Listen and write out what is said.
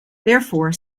therefore